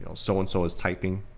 so so and so is typing.